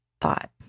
thought